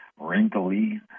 Wrinkly